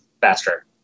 faster